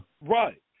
right